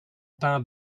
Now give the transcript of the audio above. pain